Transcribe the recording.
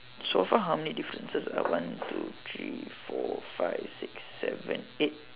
so far how many differences ah one two three four five six seven eight